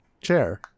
chair